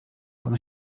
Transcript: one